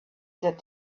said